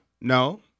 no